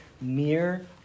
mere